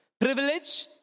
Privilege